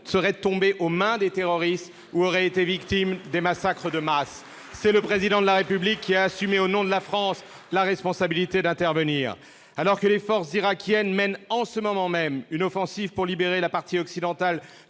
seraient tombés aux mains des terroristes ou auraient connu des massacres de masse. C'est le Président de la République qui a assumé, au nom de la France, la responsabilité d'intervenir. À l'heure où les forces irakiennes mènent une offensive pour libérer la partie occidentale